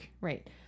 right